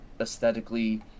Aesthetically